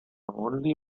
only